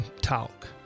talk